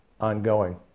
ongoing